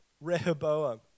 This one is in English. Rehoboam